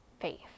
faith